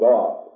God